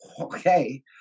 okay